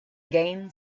gain